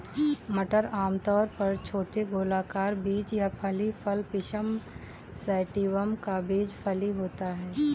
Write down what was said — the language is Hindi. मटर आमतौर पर छोटे गोलाकार बीज या फली फल पिसम सैटिवम का बीज फली होता है